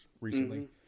recently